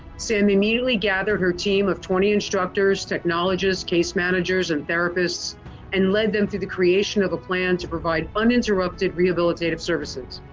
sam immediately gathered her team of twenty instructors technologists case managers and therapists and led them through the creation of a plan to provide uninterrupted rehabilitative services.